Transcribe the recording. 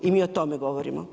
I mi o tome govorimo.